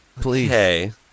Please